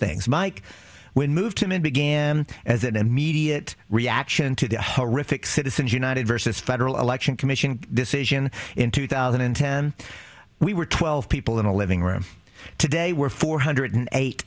things mike when move to men began as an immediate reaction to the horrific citizens united versus federal election commission decision in two thousand and ten we were twelve people in a living room today we're four hundred eight